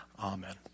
Amen